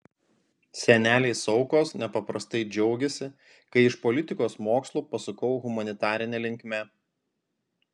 seneliai saukos nepaprastai džiaugėsi kai iš politikos mokslų pasukau humanitarine linkme